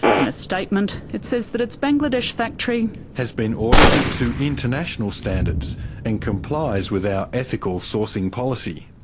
in a statement it says that its bangladesh factory has been audited to international standards and complies with our ethical sourcing policy.